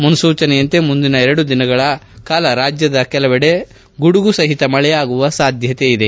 ಮುನೂಚನೆಯಂತೆ ಮುಂದಿನ ಎರಡು ದಿನ ರಾಜ್ಯದ ಹಲವೆಡೆ ಗುಡುಗು ಸಹಿತ ಮಳೆಯಾಗುವ ಸಾಧ್ಯತೆ ಇದೆ